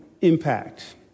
impact